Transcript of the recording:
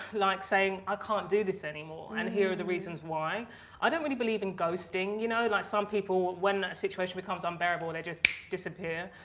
like saying i can't do this anymore and here are the reasons why i don't really believe in ghosting, you know like some people when a situation becomes unbearable, and they just disappear.